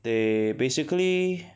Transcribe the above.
they basically